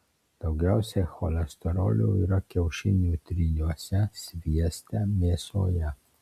daugiausiai cholesterolio yra kiaušinių tryniuose svieste mėsoje